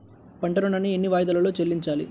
పంట ఋణాన్ని ఎన్ని వాయిదాలలో చెల్లించాలి?